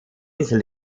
insel